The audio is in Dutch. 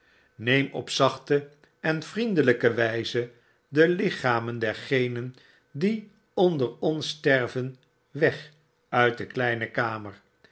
neem op zachte en vriendelyke wyze de lichamen dergenen die onder ons sterven weg uit de kleine kamer